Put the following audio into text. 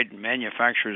manufacturers